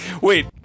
Wait